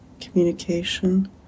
communication